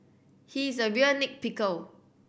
he is a real nit picker